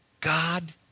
God